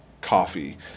coffee